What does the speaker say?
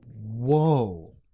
whoa